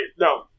No